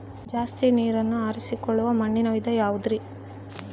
ಜಾಸ್ತಿ ನೇರನ್ನ ಹೇರಿಕೊಳ್ಳೊ ಮಣ್ಣಿನ ವಿಧ ಯಾವುದುರಿ?